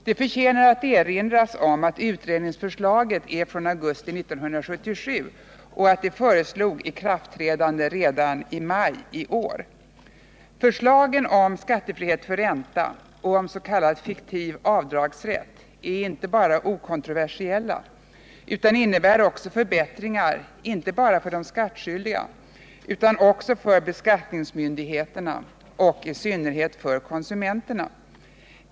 Det förtjänar att erinras om att utredningsförslaget är från augusti 1977 och att där föreslogs ikraftträdande redan i maj i år. Förslagen om skattefri ränta och oms.k. fiktiv avdragsrätt är inte bara okontroversiella utan innebär också förbättringar inte bara för de skattskyldiga utan också för beskattningsmyndigheterna och i synnerhet för konsumenterna.